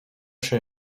się